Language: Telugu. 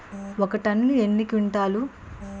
ఒక టన్ను ఎన్ని క్వింటాల్లు?